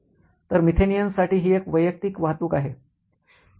तर मिथेनियन्ससाठी ही एक वैयक्तिक वाहतूक आहे